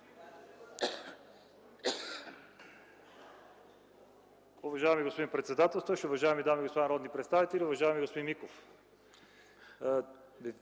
Уважаеми господин председател, уважаеми дами и господа народни представители, уважаеми господин Иванов!